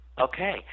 Okay